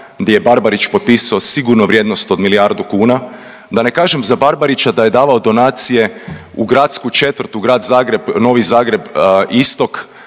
gdje je Barbarić potpisao sigurno vrijednost od milijardu kuna. Da ne kažem za Barbarića da je davao donacije u gradsku četvrt u Grad Zagreb, Novi Zagreb istok